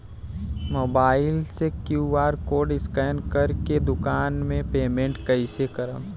Mobile से QR code scan कर के दुकान मे पेमेंट कईसे करेम?